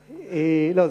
לא,